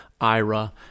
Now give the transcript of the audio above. IRA